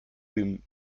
whom